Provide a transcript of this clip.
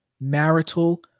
marital